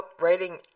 writing